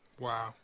Wow